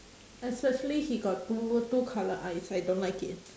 especially he got dual two colour eyes I don't like it